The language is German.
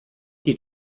die